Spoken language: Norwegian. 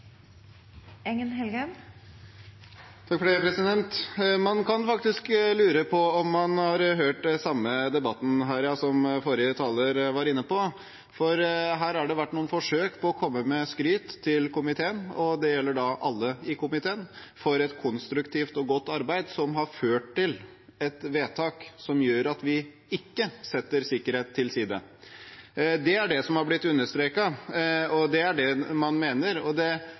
var inne på. Her har det vært noen forsøk på å komme med skryt til komiteen – og det gjelder da alle i komiteen – for et konstruktivt og godt arbeid som har ført til et vedtak som gjør at vi ikke setter sikkerheten til side. Det er det som har blitt understreket, og det er det man mener,